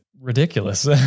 ridiculous